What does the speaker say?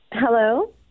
Hello